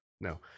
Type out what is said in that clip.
No